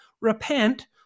repent